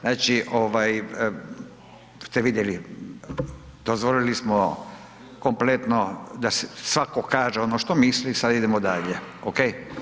Znači, ste vidjeli dozvolili smo kompletno da svako kaže ono što misli sad idemo dalje, ok.